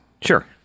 Sure